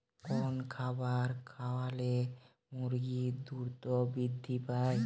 কোন খাবার খাওয়ালে মুরগি দ্রুত বৃদ্ধি পায়?